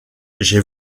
j’ai